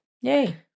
Yay